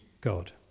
God